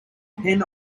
pen